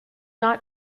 not